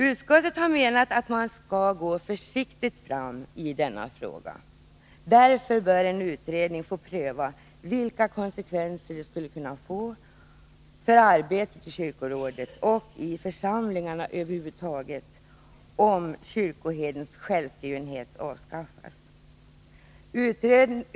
Utskottet har menat att man skall gå försiktigt fram i denna fråga. Därför bör en utredning få pröva vilka konsekvenser det skulle få för arbetet i kyrkorådet och i församlingarna över huvud taget om kyrkoherdens självskrivenhet avskaffades.